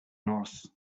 north